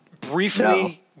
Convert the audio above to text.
Briefly